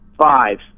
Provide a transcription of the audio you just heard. five